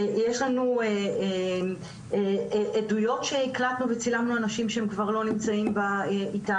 יש לנו עדויות שהקלטנו וצילמנו אנשים שהם כבר לא נמצאים איתנו